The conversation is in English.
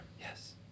yes